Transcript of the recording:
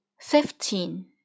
Fifteen